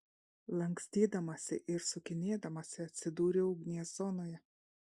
lankstydamasi ir sukinėdamasi atsidūriau ugnies zonoje